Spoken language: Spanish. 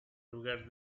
lugar